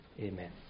Amen